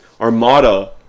armada